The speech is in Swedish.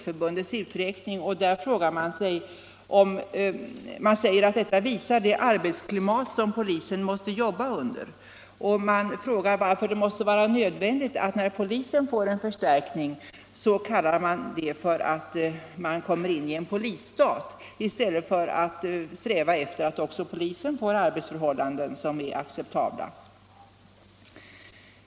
Förbundet framhåller att detta visar vilket klimat polisen måste arbeta i och frågar varför det är nödvändigt att när polisen får en förstärkning tala om att vi håller på att komma in i en polisstat —- i stället för att sträva efter att också polisen får acceptabla arbetsförhållanden.